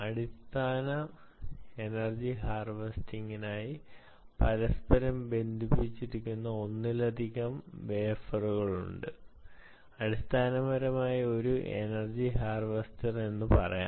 അടിസ്ഥാന എനർജി ഹാർവെസ്റ്റിംഗിനായി പരസ്പരം ബന്ധിപ്പിച്ചിരിക്കുന്ന ഒന്നിലധികം വേഫറുകളുണ്ട് അടിസ്ഥാനപരമായി ഒരു എനർജി ഹാർവെസ്റ്റർ എന്ന് നമുക്ക് പറയാം